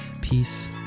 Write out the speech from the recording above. peace